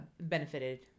benefited